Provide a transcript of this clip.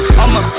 I'ma